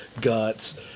guts